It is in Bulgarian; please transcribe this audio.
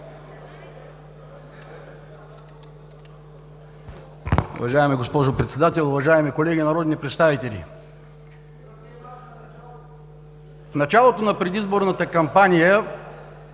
В началото на предизборната кампания